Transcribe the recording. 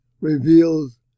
reveals